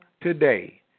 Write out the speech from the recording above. today